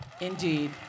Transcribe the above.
Indeed